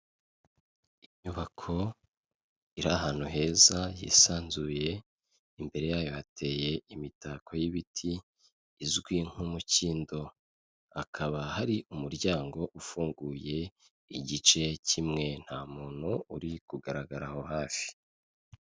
Inyubako iri ahantu heza hisanzuye, imbere yayo hateye imitako y'ibiti izwi nk'umukindo. Hakaba hari umuryango ufunguye igice kimwe, nta muntu uri kugaragara aho hafi.